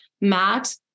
Matt